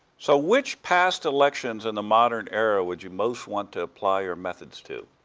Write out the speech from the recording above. so which past elections in the modern era would you most want to apply your methods to,